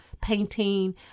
painting